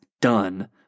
done